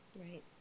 Right